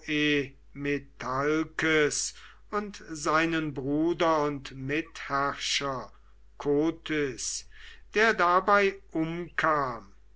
und seinen bruder und mitherrscher kotys der dabei umkam